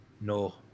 no